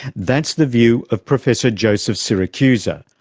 that's the view of professor joseph siracusa,